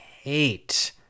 hate